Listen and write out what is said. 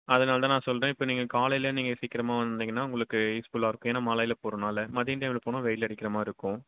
அதனால தான் நான் சொல்கிறேன் இப்போ நீங்கள் காலையில் நீங்கள் சீக்கிரமாக வந்தீங்கனா உங்களுக்கு யூஸ்ஃபுல்லாக இருக்கும் ஏன்னால் மலையில் போகிறதுனால மதியம் டைமில் போனால் வெயில் அடிக்கின்ற மாதிரி இருக்கும்